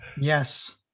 Yes